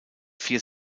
vier